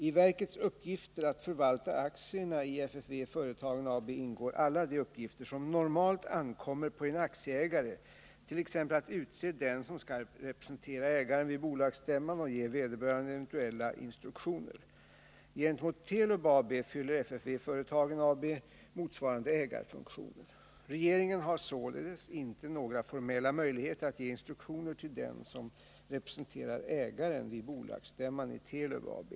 I verkets uppgifter att förvalta aktierna i FFV Företagen AB ingår alla de uppgifter som normalt ankommer på en aktieägare, t.ex. att utse den som skall representera ägaren vid bolagsstämman och ge vederbörande eventuella instruktioner. Gentemot Telub AB fyller FFV Företagen AB motsvarande ägarfunktioner. Regeringen har således inte några formella möjligheter att ge instruktioner till den som representerar ägaren vid bolagsstämman i Telub AB.